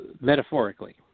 metaphorically